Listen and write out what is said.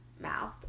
mouth